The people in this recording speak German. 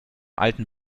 alten